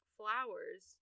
flowers